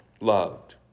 loved